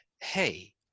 hey